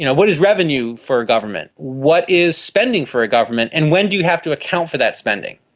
you know what is revenue for a government? what is spending for a government? and when do you have to account for that spending?